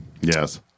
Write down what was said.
Yes